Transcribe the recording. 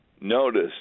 Notice